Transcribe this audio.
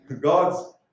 God's